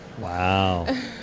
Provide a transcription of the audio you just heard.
Wow